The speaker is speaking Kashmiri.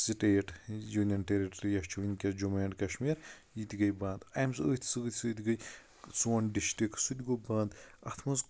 سِٹیٹ یونِین ٹیٚرِٹری یۄس چھِ ؤنٛکیٚس جموں ایٚڈ کَشمیٖر یہِ تہِ گٔیے بنٛد امہ سۭتۍ أتھۍ سۭتۍ سۭتۍ گٔیے سوٚن ڈسٹرکٹ سُہ تہِ گوٚو بنٛد اَتھ منٛز